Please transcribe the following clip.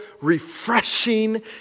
refreshing